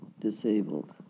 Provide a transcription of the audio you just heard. disabled